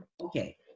Okay